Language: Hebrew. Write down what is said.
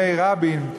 בימי רבין,